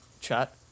chat